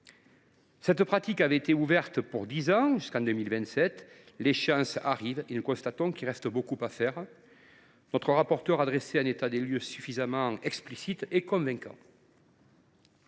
Cette pratique a été ouverte pour dix ans, jusqu’en 2027. L’échéance se rapproche, et nous constatons qu’il reste beaucoup à faire. Notre rapporteur a dressé un état des lieux de la situation suffisamment explicite et convaincant.